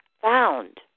found